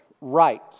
right